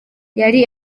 yari